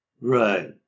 Right